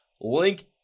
link